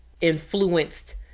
influenced